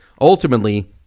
Ultimately